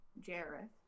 Jareth